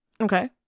Okay